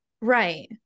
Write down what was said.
Right